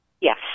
Yes